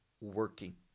working